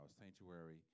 sanctuary